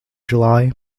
july